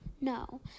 No